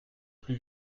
plus